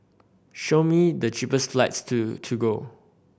show me the cheapest flights to Togo